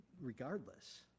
regardless